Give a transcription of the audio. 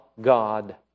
God